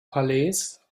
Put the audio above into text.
palais